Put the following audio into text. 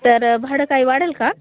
तर भाडं काही वाढंल का